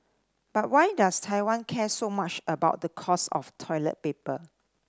but why does Taiwan care so much about the cost of toilet paper